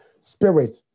spirit